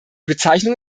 bezeichnung